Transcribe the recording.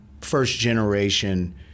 first-generation